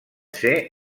ser